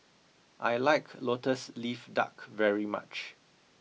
I like Lotus Leaf Duck very much